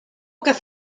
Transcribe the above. gaeth